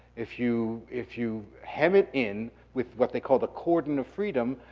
if you if you hem it in with what they call the cordon of freedom,